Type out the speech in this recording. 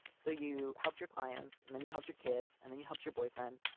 so you helped your clients and then you helped your kids and then you helped your boyfriend.